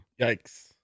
Yikes